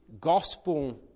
gospel